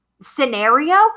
scenario